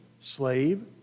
slave